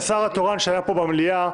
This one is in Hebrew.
שהשר התורן שהיה פה במליאה,